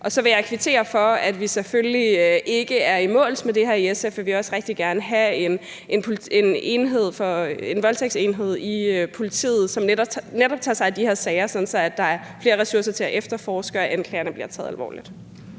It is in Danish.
Så vil jeg kvittere for det. Vi er selvfølgelig ikke i mål med det her, og i SF vil vi også rigtig gerne have en voldtægtsenhed i politiet, som netop tager sig af de her sager, sådan at der er flere ressourcer til at efterforske og anklagerne bliver taget alvorligt.